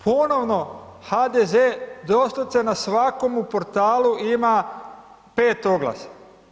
Ponovno HDZ doslovce na svakomu portalu ima 5 oglasa.